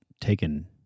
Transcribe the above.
taken